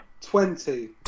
twenty